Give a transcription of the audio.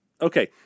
Okay